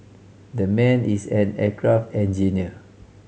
the man is an aircraft engineer